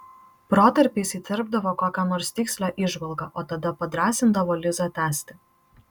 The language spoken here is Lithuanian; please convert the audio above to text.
protarpiais įterpdavo kokią nors tikslią įžvalgą o tada padrąsindavo lizą tęsti